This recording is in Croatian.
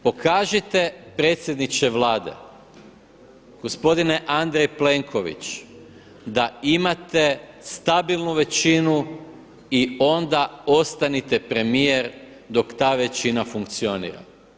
Pokažite predsjedniče Vlade, gospodine Andrej Plenković da imate stabilnu većinu i onda ostanite premijer dok ta većina funkcionira.